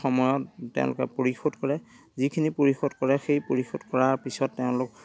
সময়ত তেওঁলোকে পৰিশোধ কৰে যিখিনি পৰিশোধ কৰে সেই পৰিশোধ কৰাৰ পিছত তেওঁলোক